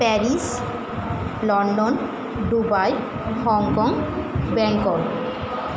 Paris London Dubai Hong Kong Bangkok